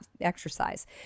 exercise